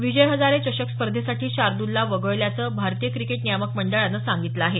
विजय हजारे चषक स्पर्धेसाठी शार्दलला वगळल्याचं भारतीय क्रिकेट नियामक मंडळानं सांगितलं आहे